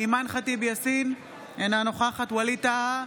אימאן ח'טיב יאסין, אינה נוכחת ווליד טאהא,